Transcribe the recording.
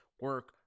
Work